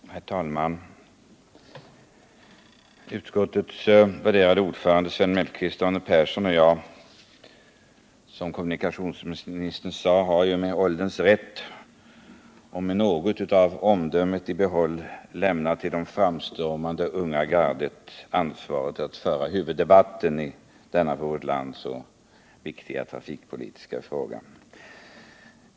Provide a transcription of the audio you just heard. Herr talman! Utskottets värderade ordförande Sven Mellqvist, Arne Persson och jag har, som kommunikationsministern sade, med ålderns rätt och med något av omdömet i behåll lämnat till det framstormande unga gardet ansvaret för huvuddebatten i denna för vårt land så viktiga trafikpolitiska fråga.